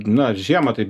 na žiemą tai